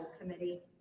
committee